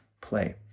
play